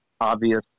obvious